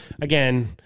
again